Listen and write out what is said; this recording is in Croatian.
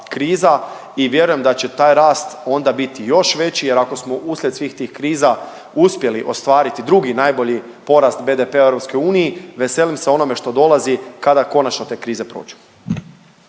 kriza i vjerujem da će taj rast onda biti još veći jer ako smo uslijed svih tih kriza uspjeli ostvariti drugi najbolji porast BDP-a u EU, veselim se onome dolazi kada konačno te krize prođu.